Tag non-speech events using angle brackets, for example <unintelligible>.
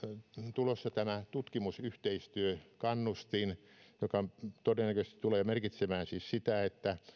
tulossa <unintelligible> tutkimusyhteistyökannustin joka todennäköisesti tulee merkitsemään sitä että